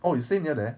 oh you stay near there